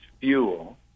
fuel